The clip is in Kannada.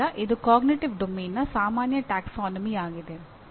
ಆದ್ದರಿಂದ ಇದು ಅರಿವಿನ ಕಾರ್ಯಕ್ಷೇತ್ರದ ಸಾಮಾನ್ಯ ಪ್ರವರ್ಗ ಆಗಿದೆ